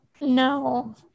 no